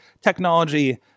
technology